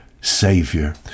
Savior